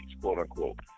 quote-unquote